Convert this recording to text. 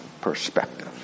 perspective